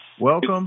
welcome